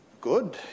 good